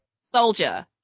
Soldier